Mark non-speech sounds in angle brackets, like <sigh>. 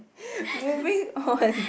<breath> moving on